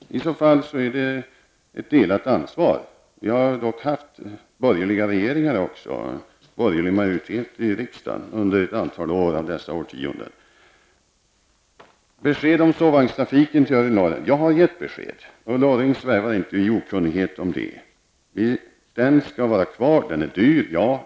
I så fall är det ett delat ansvar -- vi har dock haft borgerliga regeringar och borgerlig majoritet i riksdagen under ett antal år av dessa årtionden. Ulla Orring efterlyste besked om sovvagnstrafiken på övre Norrland. Jag har givit besked. Ulla Orring svävar inte i okunnighet om det. Den skall vara kvar. Den är dyr -- ja.